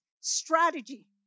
strategy